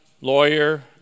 lawyer